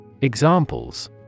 Examples